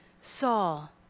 Saul